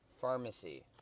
Pharmacy